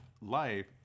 life